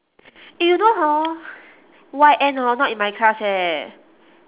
eh you know hor Y_N hor not in my class eh